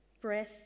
breath